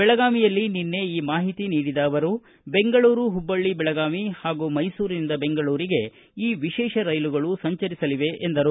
ಬೆಳಗಾವಿಯಲ್ಲಿ ನಿನ್ನೆ ಈ ಮಾಹಿತಿ ನೀಡಿದ ಅವರು ಬೆಂಗಳೂರು ಹುಬ್ಬಳ್ಳಿ ಬೆಳಗಾವಿ ಹಾಗೂ ಮೈಸೂರಿನಿಂದ ಬೆಂಗಳೂರಿಗೆ ಈ ವಿಶೇಷ ರೈಲುಗಳು ಸಂಚರಿಸಲಿವೆ ಎಂದರು